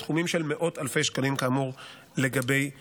בסכומים של מאות אלפי שקלים כאמור לגבי חוב.